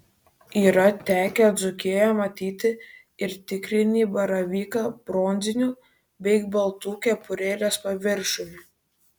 yra tekę dzūkijoje matyti ir tikrinį baravyką bronziniu beveik baltu kepurėlės paviršiumi